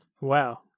Wow